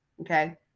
Okay